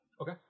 Okay